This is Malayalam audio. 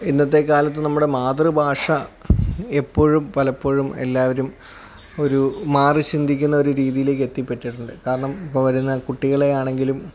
ഇന്നത്തെ കാലത്ത് നമ്മുടെ മാതൃഭാഷ എപ്പോഴും പലപ്പോഴും എല്ലാവരും ഒരു മാറി ചിന്തിക്കുന്ന ഒരു രീതിയിലേക്ക് എത്തിപ്പെട്ടിട്ടുണ്ട് കാരണം ഇപ്പം വരുന്ന കുട്ടികളെ ആണെങ്കിലും